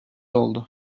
oldu